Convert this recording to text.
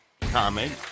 comment